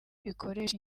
bikoresha